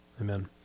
Amen